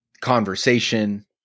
conversation